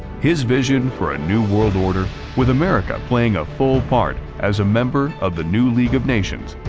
his vision for a new world order, with america playing a full part as a member of the new league of nations,